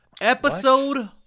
Episode